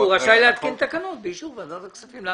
הוא רשאי להתקין תקנות באישור ועדת הכספים.